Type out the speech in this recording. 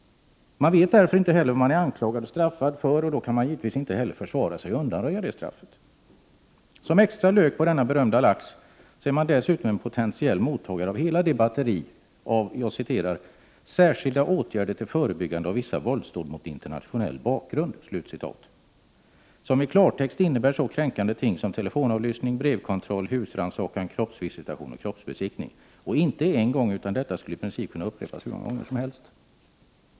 Man vet därför inte heller vad man är anklagad och straffad för och kan givetvis inte heller försvara sig och undanröja misstankarna. Som extra lök på den berömda laxen är man dessutom en potentiell mottagare av hela det batteri av ”särskilda åtgärder till förebyggande av vissa våldsdåd med internationell bakgrund”, vilket i klartext innebär så kränkande ting som telefonavlyssning, brevkontroll; husrannsakan, kroppsvisitation och kroppsbesiktning — och inte bara en gång utan detta skulle i princip kunna upprepas hur många gånger som helst.